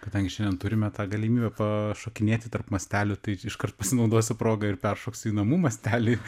kadangi šiandien turime tą galimybę pašokinėti tarp mastelių tai iškart pasinaudosiu proga ir peršoksiu į namų mastelį